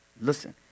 Listen